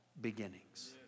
beginnings